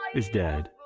is dead.